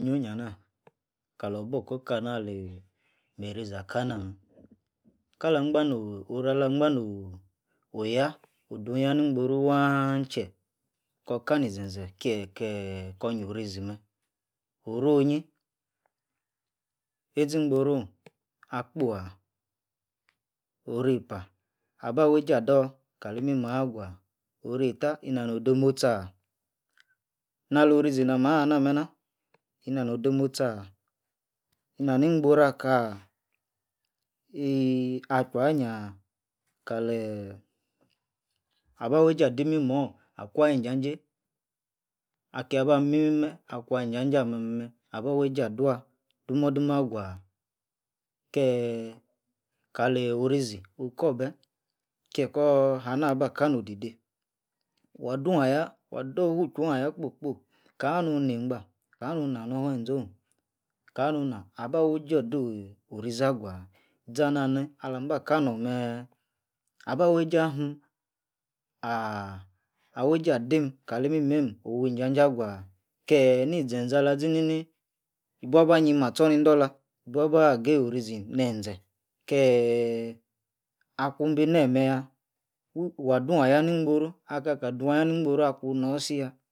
Wonyi kalor borkoka anah, meirizi akana meh, kah angban no'h orah lah gbanooh oyah, o'h-dun-yah ni-ingboru waaaahh tche kor kana ni zen-zen kie-keeh kor nyio- rizi meh, oro-onyi. ezi-ingborone akpo- ah? orei-pah, aba-weijei ador kali mimor aguah? orietah, inano-demotsi ah? Na lorizi nah mahha nah-meh nah, inano-demotsi ah? Ina-ni-ingboru akah? iiiih-ah chwuanyia? Kaleeeh, aba wueijei adi-mimor akwua-yinjajei, akia bami-mi meh akwa- injajei ah-meh-meh aba wueijei adua dumor-dumor aguah? Keeeeh, kali orizi okorbeh kie-kana ba kano ba kano di-dei, Wah-dun ayah, wah doh wii-chwone ayah kpoi-kpoi kana nun neigba, kana-nun nah nor fuenzone, kana nu nah? Aba wu eijei ado-orizi aguah? zana-ni alamba kanor mee aba wueijei anhim aaah, awueijei adim kali imimeim owi-injajei aguah? Keeeh nizen-zen ala zini ni ibua-ba nyim ah-tchor nii-indolar, ibuaba geyi aoriz neh-ze keeeh, akun bi neh-meh yah, wah-duan-yah ni ingboru akakah duan yah ni ingboru akun nosi-yah.